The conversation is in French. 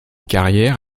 carrière